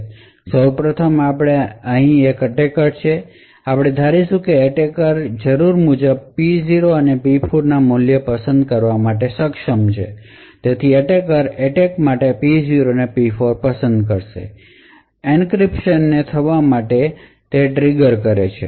તેથી સૌ પ્રથમ આપણે અહીં એટેકર છે અને આપણે ધારીશું કે એટેકર જરૂર મુજબ P0 અને P4 ના મૂલ્યો પસંદ કરવામાં સક્ષમ છે તેથી એટેકર એટેક માટે P0 P4 પસંદ કરે છે એન્ક્રિપ્શનને થવા માટે ટ્રિગર કરે છે